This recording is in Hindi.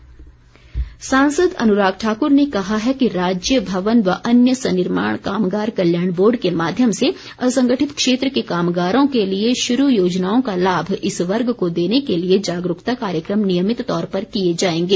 अनुराग सांसद अनुराग ठाकुर ने कहा है कि राज्य भवन व अन्य सन्निर्माण कामगार कल्याण बोर्ड के माध्यम से असंगठित क्षेत्र के कामगारों के लिए शुरू योजनाओं का लाभ इस वर्ग को देने के लिए जागरूकता कार्यक्रम नियमित तौर पर किए जाएंगे